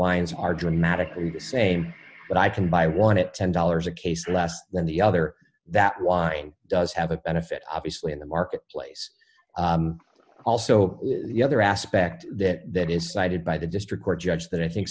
wines are dramatically the same but i can buy one at ten dollars a case less than the other that wine does have a benefit obviously in the marketplace also the other aspect that that is cited by the district court judge that i